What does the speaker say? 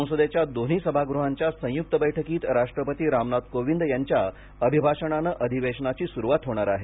संसदेच्या दोन्ही सभागृहांच्या संयुक्त बैठकीत राष्ट्रपती रामनाथ कोविंद यांच्या अभिभाषणाने अधिवेशनाची सुरुवात होणार आहे